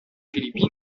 filipino